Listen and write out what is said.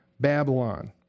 Babylon